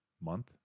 month